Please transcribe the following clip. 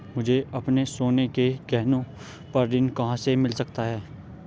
मुझे अपने सोने के गहनों पर ऋण कहां से मिल सकता है?